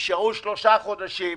נשארו שלושה חודשים.